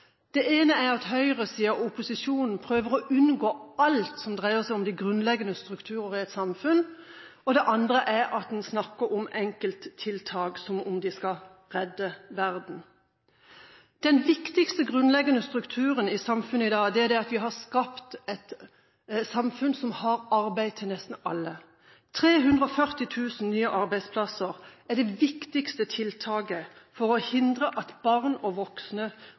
Det ene er at høyresiden, opposisjonen, prøver å unngå alt som dreier seg om de grunnleggende strukturer i et samfunn, og det andre er at en snakker om enkelttiltak som om de skal redde verden. Den viktigste grunnleggende strukturen i samfunnet i dag er at vi har skapt et samfunn som har arbeid til nesten alle. 340 000 nye arbeidsplasser er det viktigste tiltaket for å hindre at barn og voksne